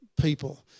People